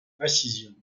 précision